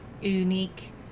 unique